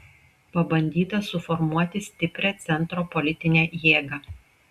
pabandyta suformuoti stiprią centro politinę jėgą